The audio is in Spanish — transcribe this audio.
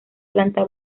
planta